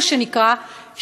מה שנקרא,